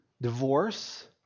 divorce